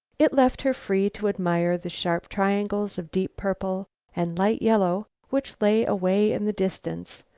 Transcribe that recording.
it left her free to admire the sharp triangles of deep purple and light yellow which lay away in the distance,